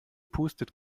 pustet